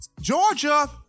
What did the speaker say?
Georgia